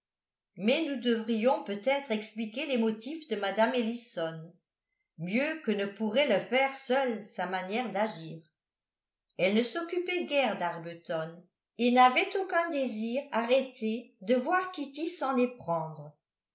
mais nous devrions peut être expliquer les motifs de mme ellison mieux que ne pourrait le faire seule sa manière d'agir elle ne s'occupait guère d'arbuton et n'avait aucun désir arrêté de voir kitty s'en éprendre